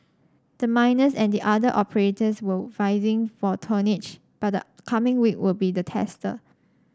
the miners and other operators were vying for tonnage but the coming week will be the tester